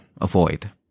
avoid